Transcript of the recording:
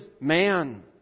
man